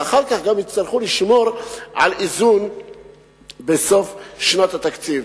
ואחר כך גם יצטרכו לשמור על איזון בסוף שנת התקציב.